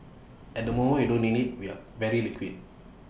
at the moment we don't need IT we are very liquid